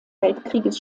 weltkrieges